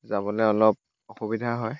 যাবলৈ অলপ অসুবিধা হয়